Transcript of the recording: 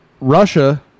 russia